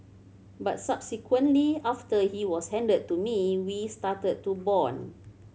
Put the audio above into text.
but subsequently after he was handed to me we started to bond